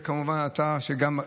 כמובן שגם אתה,